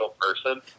person